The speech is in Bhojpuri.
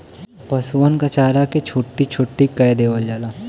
पसुअन क चारा के छोट्टी छोट्टी कै देवल जाला